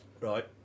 Right